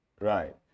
Right